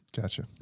Gotcha